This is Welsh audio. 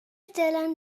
dylan